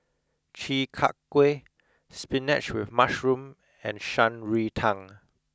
Chi Kak Kuih Spinach with Mushroom and Shan Rui Tang